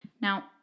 Now